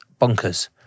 bonkers